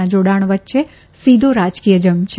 ના જોડાણ વચ્ચે સીધો રાજકીય જંગ છે